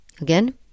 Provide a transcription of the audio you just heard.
Again